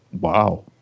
wow